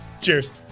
Cheers